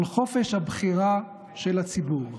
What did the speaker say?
על חופש הבחירה של הציבור,